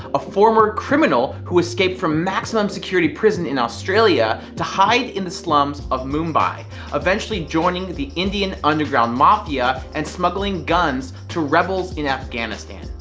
a former criminal who escaped from maximum security prison in australia to hide in the slums of mumbai eventually joining the indian underground mafia and smuggling guns to rebels in afghanistan.